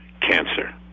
cancer